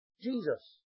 Jesus